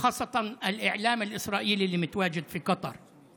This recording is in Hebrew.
ובמיוחד כלי התקשורת הישראליים שנמצאים בקטאר,